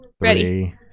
ready